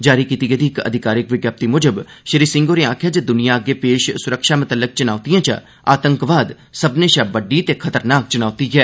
जारी कीती गेदी इक अधिकारिक विज्ञप्ति मुजब श्री सिंह होरें आखेआ जे दुनिया अग्गे पेश सुरक्षा मतल्लक चुनौतिएं चा आतंकवाद सब्भनें शा बड्डी ते खरतनाक चुनौती ऐ